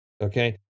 okay